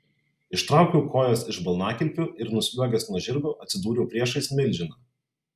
ištraukiau kojas iš balnakilpių ir nusliuogęs nuo žirgo atsidūriau priešais milžiną